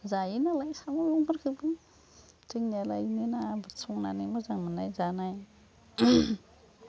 जायो नालाय साम' मैगंफोरखौबो जोंनियालायनो ना संनानै मोजां मोन्नाय जानाय